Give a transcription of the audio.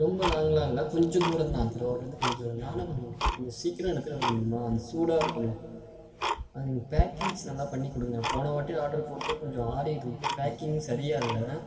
ரொம்ப லாங்கெலாம் இல்லை கொஞ்சம் தூரம்தான் திருவாரூர்லேருந்து கொஞ்சம் தூரம்தான் ஆனால் கொஞ்சம் கொஞ்சம் சீக்கிரம் எடுத்துகிட்டு வர முடியுமா அந்த சூடாக இருக்கணும் அது எனக்கு பேக்கிங்ஸ் நல்லா பண்ணி கொடுங்க போனவாட்டி ஆர்ட்ரு போட்டே கொஞ்சம் ஆறி இருந்தது பேக்கிங்கும் சரியாக இல்லை